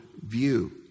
view